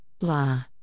La